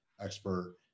expert